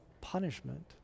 punishment